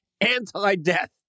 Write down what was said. anti-death